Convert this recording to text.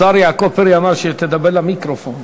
השר יעקב פרי אמר שתדבר למיקרופון.